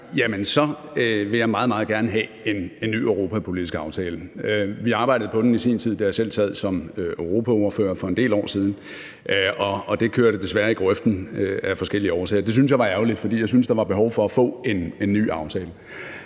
sagt, vil jeg meget, meget gerne have en ny europapolitisk aftale. Vi arbejdede på den i sin tid, da jeg selv sad som europaordfører for en del år siden, og det kørte desværre i grøften af forskellige årsager. Det synes jeg var ærgerligt, for jeg synes, der var behov for at få en ny aftale.